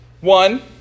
One